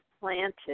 planted